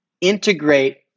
integrate